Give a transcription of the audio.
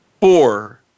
four